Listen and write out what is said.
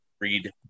read